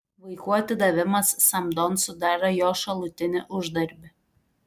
vaikų atidavimas samdon sudaro jo šalutinį uždarbį